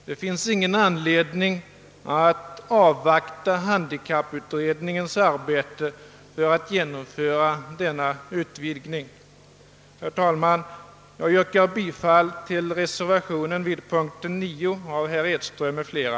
Det finns ingen anledning att avvakta handikapputredningens arbete för att genomföra denna utvidgning. Herr talman! Jag yrkar bifall till reservationen vid punkten 9 av herr Edström m.fl.